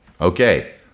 Okay